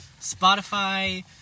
spotify